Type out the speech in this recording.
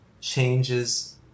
changes